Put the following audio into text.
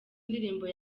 indirimbo